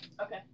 Okay